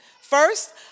First